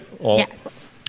Yes